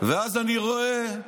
ואז אני רואה,